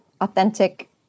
authentic